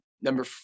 Number